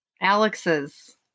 Alex's